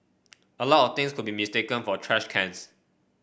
a lot of things could be mistaken for trash cans